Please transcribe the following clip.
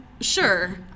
Sure